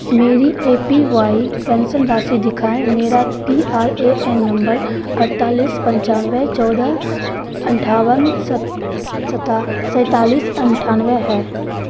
मेरी A P Y pension राशि दिखाएँ मेरा P R A N number अड़तालीस पंचानवे चौदह अट्ठावन सत सता सैतालिस अट्ठानवे है